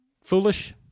foolish